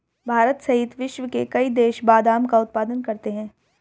भारत सहित विश्व के कई देश बादाम का उत्पादन करते हैं